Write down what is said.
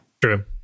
True